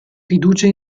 fiducia